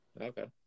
Okay